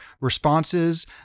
responses